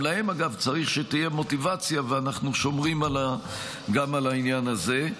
גם להם צריך שתהיה מוטיבציה ואנחנו שומרים גם על העניין הזה.